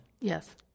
Yes